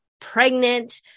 pregnant